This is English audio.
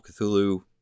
Cthulhu